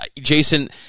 Jason